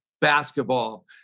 basketball